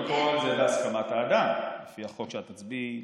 קודם כול, זה בהסכמת האדם, לפי החוק שאת תצביעי,